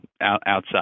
outside